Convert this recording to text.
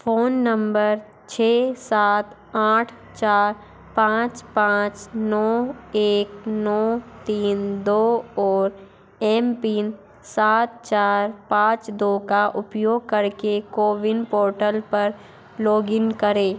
phone number छः सात आठ चार पाँच पाँच नौ एक नौ तीन दो और एम पिन सात चार पाँच दो का उपयोग करके कोविन पोर्टल पर लॉगइन करें